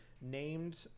named